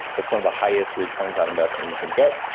that's one of the highest returns on investment you can get,